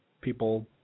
people